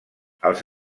els